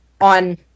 on